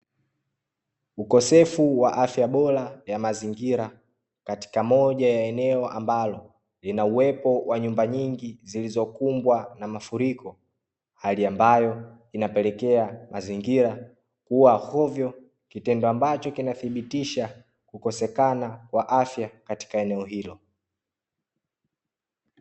Ukosefu wa afya bora ya mazingira, katika moja ya eneo ambalo lina uwepo wa nyumba nyingi zilizokumbwa na mafuriko, hali ambayo inapelekea mazingira kuwa hovyo, kitendo ambacho kinathibitisha kukosekana kwa afya katika eneo hilo.